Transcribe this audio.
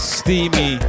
steamy